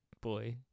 boy